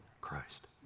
Christ